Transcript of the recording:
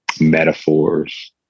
metaphors